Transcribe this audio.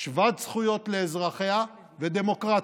שוות זכויות לאזרחיה ודמוקרטית.